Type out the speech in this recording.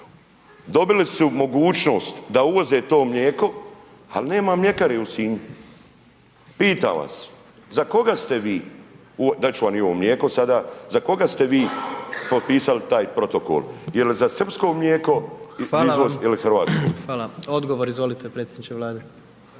dobili su mogućnost da uvoze to mlijeko, ali nema mljekare u Sinju. Pitam vas za koga ste vi, dat ću vam i ovo mlijeko sada, za koga ste vi potpisali taj protokol, jel za srpsko mlijeko …/Upadica: Hvala vam./… i izvoz ili